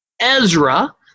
Ezra